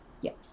Yes